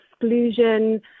exclusion